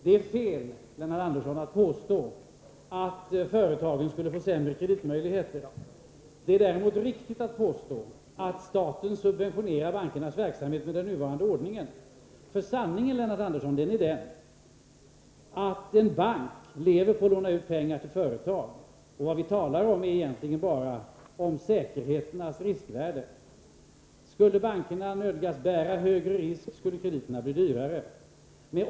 Det är fel, Lennart Andersson, att påstå att företagen skulle få sämre kreditmöjligheter. Det är däremot riktigt att påstå att staten med den nuvarande ordningen subventionerar bankernas verksamhet. Sanningen, Lennart Andersson, är den att en bank lever på att låna ut pengar till företag, och vad vi talar om är egentligen bara säkerheternas riskvärde. Skulle bankerna nödgas bära högre risk, skulle krediterna bli dyrare.